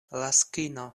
laskino